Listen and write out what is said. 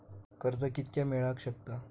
कर्ज कितक्या मेलाक शकता?